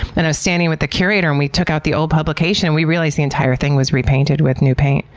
and i was standing with the curator and we took out the old publication and we realized the entire thing was repainted with new paint.